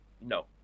No